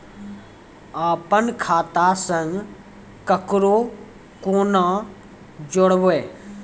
अपन खाता संग ककरो कूना जोडवै?